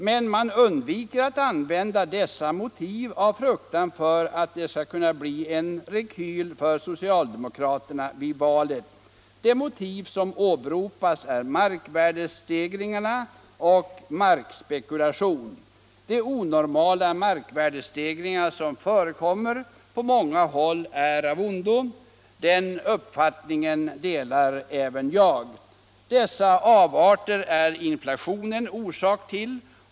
Men man undviker att använda dessa motiv, av fruktan för att det skulle kunna bli en rekylverkan för socialdemokraterna vid valet. De motiv som åberopas är markvärdestegringarna och markspekulation. De onormala markvärdestegringarna som förekommer på många håll är av ondo. Den uppfattningen delar även jag. Dessa avarter är inflationen orsak till.